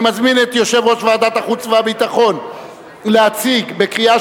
אני מזמין את יושב-ראש ועדת החוץ והביטחון להציג לקריאה